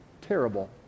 terrible